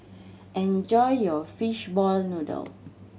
enjoy your fish ball noodle